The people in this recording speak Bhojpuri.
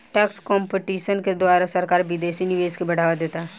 टैक्स कंपटीशन के द्वारा सरकार विदेशी निवेश के बढ़ावा देता